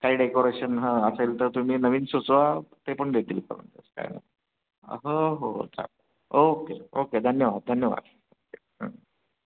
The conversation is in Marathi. काही डेकोरेशन हा असेल तर तुम्ही नवीन सुचवा ते पण देतील करून तसं काही नाही असं हो हो चालेल ओके ओके धन्यवाद धन्यवाद ओके हां